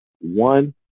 one